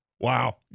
Wow